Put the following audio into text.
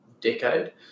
decade